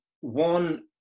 One